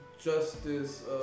justice